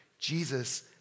Jesus